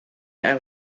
ail